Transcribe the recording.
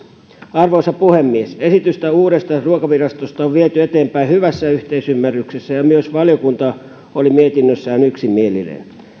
arvoisa puhemies esitystä uudesta ruokavirastosta on viety eteenpäin hyvässä yhteisymmärryksessä ja myös valiokunta oli mietinnössään yksimielinen